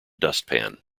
dustpan